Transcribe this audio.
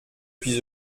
suis